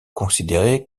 considérée